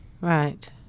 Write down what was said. Right